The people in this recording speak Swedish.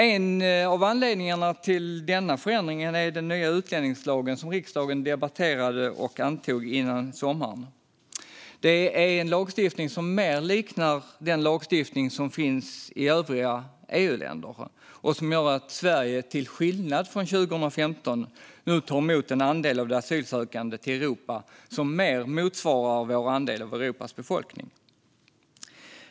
En av anledningarna till denna förändring är den nya utlänningslagen som riksdagen debatterade och antog före sommaren. Det är en lagstiftning som mer liknar den lagstiftning som finns i övriga EU-länder och som gör att Sverige, till skillnad från 2015, nu tar emot en andel av de asylsökande till Europa som mer motsvarar vår andel av Europas befolkning.